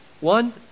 One